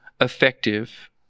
effective